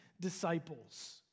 disciples